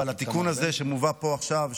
אבל התיקון הזה שמובא פה עכשיו,